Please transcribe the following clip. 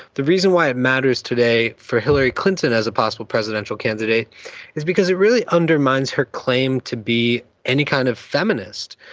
the reason why it matters today for hillary clinton clinton as a possible presidential candidate is because it really undermines her claim to be any kind of feminist.